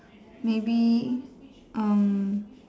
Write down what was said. maybe um